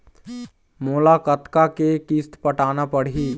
मोला कतका के किस्त पटाना पड़ही?